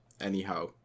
anyhow